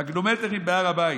מגנומטרים בהר הבית: